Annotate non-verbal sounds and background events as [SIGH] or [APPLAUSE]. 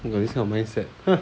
got this kind of mindset [NOISE]